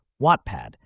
Wattpad